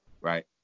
right